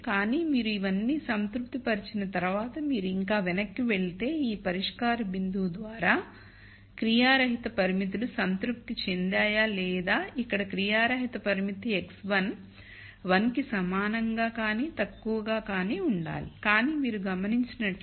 కానీ మీరు ఇవన్నీ సంతృప్తిపరిచిన తర్వాత మీరు ఇంకా వెనక్కి వెళ్లి ఈ పరిష్కార బిందువు ద్వారా క్రియారహితపరిమితులు సంతృప్తి చెందాయా లేదా ఇక్కడ క్రియారహిత పరిమితి x1 1 కి సమానంగా కానీ తక్కువ క కానీ ఉండాలి కానీ మీరు గమనించినట్లయితే 1